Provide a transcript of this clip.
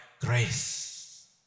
Grace